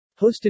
Hosted